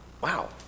Wow